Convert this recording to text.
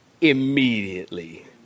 immediately